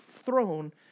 throne